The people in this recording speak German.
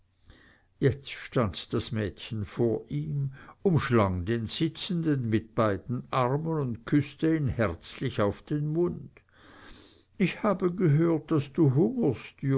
jetzt stand das mädchen vor ihm umschlang den sitzenden mit beiden armen und küßte ihn herzlich auf den mund ich habe gehört daß du